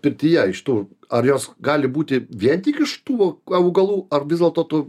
pirtyje iš tų ar jos gali būti vien tik iš tų augalų ar vis dėlto tu